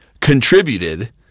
contributed